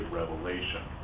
revelation